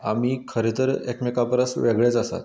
आमी खरें तर एकामेकां परस वेगळेंच आसा